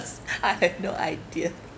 I have no idea